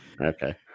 okay